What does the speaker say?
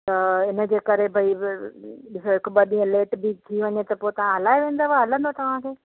त हिन जे करे भई हिकु ॿ ॾींहं लेट थी वञे त पोइ तव्हां हलाए वेंदव हलंदो तव्हांखे